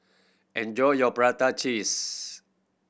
enjoy your prata cheese